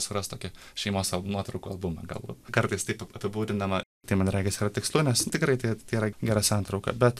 suras tokį šeimos nuotraukų albumą galbūt kartais taip apibūdinama tai man regis yra tikslu nes tikrai tai tai yra gera santrauka bet